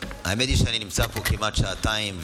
האמת היא שאני נמצא פה כמעט שעתיים,